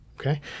Okay